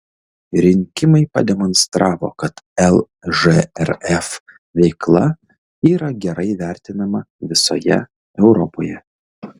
rinkimai pademonstravo kad lžrf veikla yra gerai vertinama visoje europoje